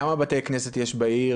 כמה בתי כנסת יש בעיר,